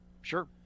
sure